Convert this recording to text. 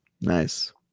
Nice